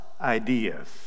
ideas